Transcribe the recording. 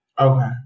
Okay